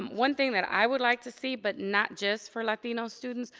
um one thing that i would like to see, but not just for latino students,